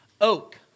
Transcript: oak